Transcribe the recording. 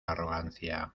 arrogancia